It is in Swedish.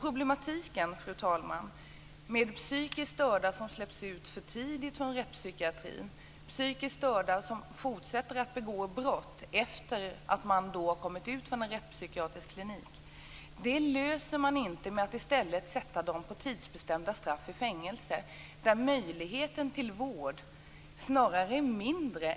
Problematiken med psykiskt störda som släpps ut för tidigt från rättspsykiatrin och psykiskt störda som fortsätter att begå brott efter att ha kommit ut från en rättspsykiatrisk klinik löser man inte genom att i stället sätta de här personerna på tidsbestämda straff i fängelse, där möjligheten till vård snarare är mindre.